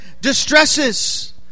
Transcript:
distresses